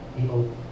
people